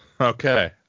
Okay